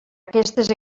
aquestes